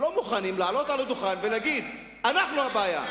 לא מוכנים לעלות על הדוכן ולהגיד: אנחנו הבעיה.